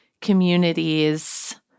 communities